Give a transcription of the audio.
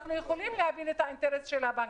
אנחנו יכולים להבין את האינטרס של הבנקים,